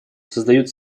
создают